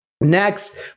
Next